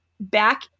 Back